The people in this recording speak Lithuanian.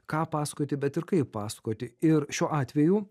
ką pasakoti bet ir kaip pasakoti ir šiuo atveju